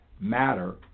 matter